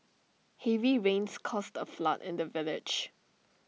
heavy rains caused A flood in the village